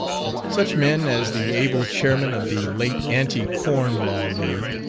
such men as the able chairman of the late anti-corn law league,